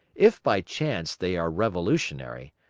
if by chance they are revolutionary,